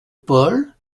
paul